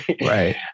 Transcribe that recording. right